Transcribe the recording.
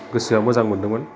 गोसोया मोजां मोन्दोंमोन